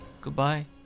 goodbye